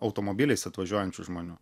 automobiliais atvažiuojančių žmonių